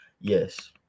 yes